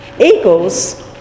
Eagles